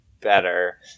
better